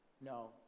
no